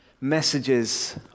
messages